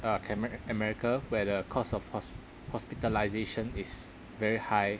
uh came~ america where the cost of hos~ hospitalisation is very high